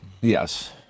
Yes